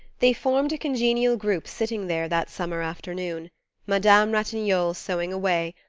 they formed a congenial group sitting there that summer afternoon madame ratignolle sewing away,